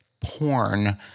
porn